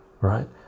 right